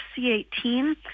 C18